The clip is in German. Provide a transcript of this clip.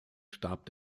starb